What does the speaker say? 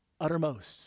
Uttermost